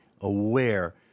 aware